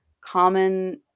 common